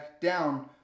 down